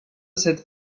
cette